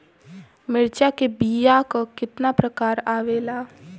मिर्चा के बीया क कितना प्रकार आवेला?